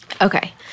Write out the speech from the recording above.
Okay